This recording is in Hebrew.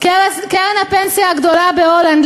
קרן הפנסיה הגדולה בהולנד,